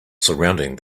surrounding